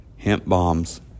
hempbombs